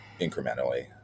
incrementally